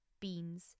beans